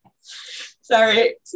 sorry